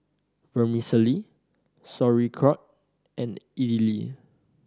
Vermicelli Sauerkraut and Idili